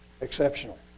Exceptional